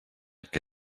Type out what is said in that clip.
que